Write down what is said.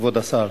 כבוד השר,